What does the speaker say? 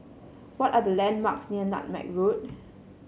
what are the landmarks near Nutmeg Road